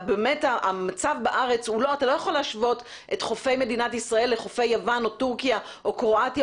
אתה לא יכול להשוות את חופי מדינת ישראל לחופי יוון או תורכיה או קרואטיה